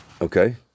Okay